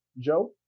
Joe